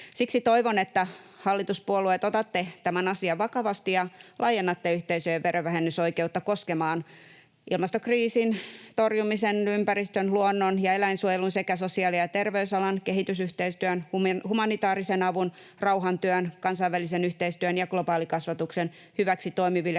Siksi toivon, että, hallituspuolueet, otatte tämän asian vakavasti ja laajennatte yhteisöjen verovähennysoikeutta koskemaan ilmastokriisin torjumisen, ympäristön, luonnon- ja eläinsuojelun sekä sosiaali- ja terveysalan, kehitysyhteistyön, humanitaarisen avun, rauhantyön, kansainvälisen yhteistyön ja globaalikasvatuksen hyväksi toimiville